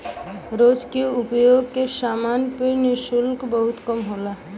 रोज के उपयोग के समान पे शुल्क बहुत कम होला